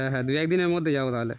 হ্যাঁ দু একদিনের মধ্যে যাব তাহলে